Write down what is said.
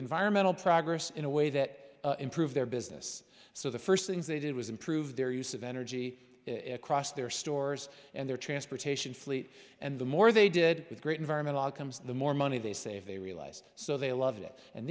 environmental progress in a way that improved their business so the first things they did was improve their use of energy across their stores and their transportation fleet and the more they did with great environmental outcomes the more money they save they realized so they loved it and